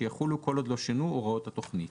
שיחולו כל עוד לא שונו הוראות התכנית.